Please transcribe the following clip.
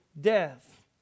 death